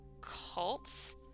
cults